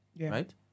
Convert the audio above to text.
right